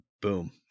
Boom